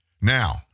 Now